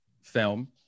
film